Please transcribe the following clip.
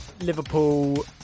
Liverpool